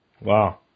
Wow